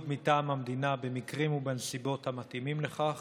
מטעם המדינה במקרים ובנסיבות המתאימים לכך,